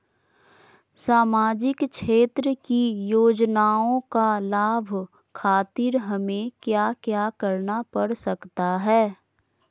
सामाजिक क्षेत्र की योजनाओं का लाभ खातिर हमें क्या क्या करना पड़ सकता है?